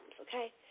okay